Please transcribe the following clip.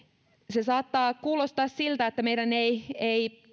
se saattaa kuulostaa siltä että meidän ei ei